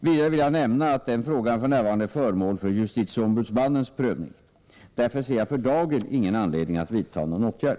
Vidare vill jag nämna att denna fråga f. n. är föremål för justitieombudsmannens prövning. Därför ser jag för dagen ingen anledning att vidta någon åtgärd.